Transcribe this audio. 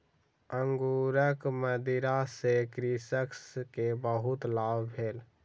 अंगूरक मदिरा सॅ कृषक के बहुत लाभ भेल